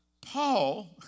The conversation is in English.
Paul